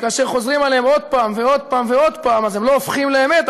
כאשר חוזרים עליהם עוד פעם ועוד פעם ועוד פעם אז הם לא הופכים לאמת,